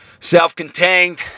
self-contained